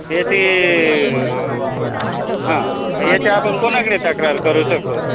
य ते हां याचे आपण कोणाकडे तक्रार करू शकतो